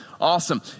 Awesome